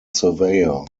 surveyor